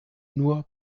nur